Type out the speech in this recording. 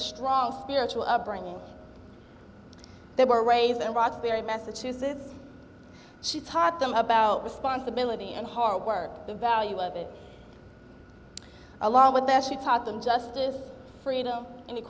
a strong spiritual upbringing they were raised in roxbury massachusetts she taught them about responsibility and hard work the value of it along with that she taught them justice freedom an